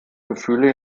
gefühle